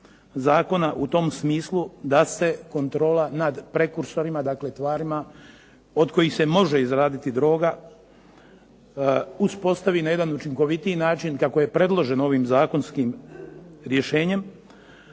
zakona u tom smislu da se kontrola nad prekursorima, dakle tvarima od kojih se može izraditi droga, uspostavi na jedan učinkovitiji način kako je predloženo ovim zakonskim rješenjima,